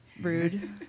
rude